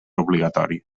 obligatori